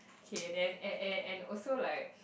okay then and and and also like